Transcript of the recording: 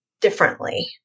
differently